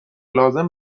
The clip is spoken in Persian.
لازم